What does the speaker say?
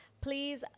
please